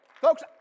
Folks